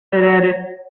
эрээри